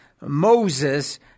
Moses